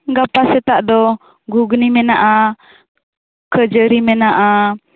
ᱜᱟᱯᱟ ᱥᱮᱛᱟᱜ ᱫᱚ ᱜᱷᱩᱜᱽᱱᱤ ᱢᱮᱱᱟᱜᱼᱟ ᱠᱷᱟ ᱡᱟ ᱲᱤ ᱢᱮᱱᱟᱜᱼᱟ